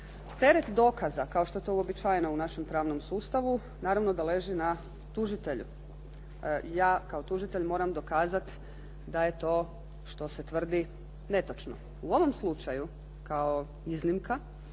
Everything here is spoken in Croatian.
teret dokaza kao što je to uobičajeno u našem pravnom sustavu naravno da leži na tužitelju. Ja kao tužitelj moram dokazati da je to što se tvrdi netočno. U ovom slučaju kao iznimka